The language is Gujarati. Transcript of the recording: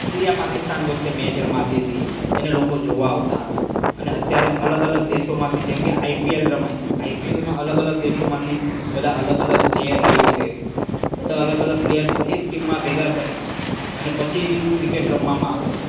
ઈન્ડિયા પાકિસ્તાન વચ્ચે મેચ રમાતી હતી એને લોકો જોવા આવતા અને અત્યારે અલગ અલગ દેશોમાંથી જેમકે આઈપીએલ રમાય આઈપીએલમાં અલગ અલગ દેશોમાંથી બધા અલગ અલગ પ્લેયર લે છે બધા અલગ અલગ પ્લેયરને એક ટીમમાં ભેગા કરી અને પછી ક્રિકેટ રમવામાં આવે છે